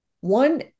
One